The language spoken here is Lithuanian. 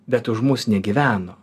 bet už mus negyveno